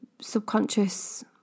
subconscious